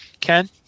Ken